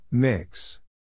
Mix